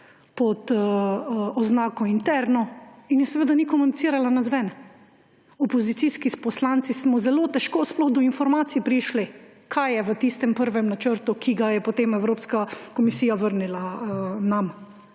pod oznako interno in ni komunicirala navzven. Opozicijski poslanci smo zelo težko sploh do informacij prišli, kaj je v tistem prvem načrtu, ki ga je potem Evropska komisija vrnila nam